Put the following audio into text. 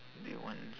they want